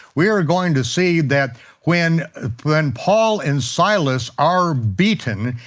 we are going to see that when when paul and silas are beaten,